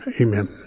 Amen